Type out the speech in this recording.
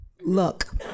look